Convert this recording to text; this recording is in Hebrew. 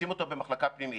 שים אותו במחלקה פנימית.